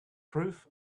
proof